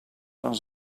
van